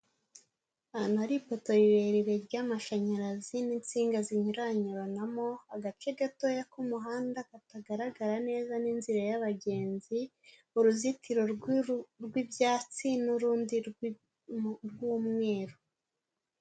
Ahantu hari ifoto rirerire ry'amashanyarazi n'insinga zinyuranyuranamo, agace gatoya k'umuhanda katagaragara neza n'inzira yababagenzi, uruzitiro rw'ibyatsi n'urundi rw'umweru.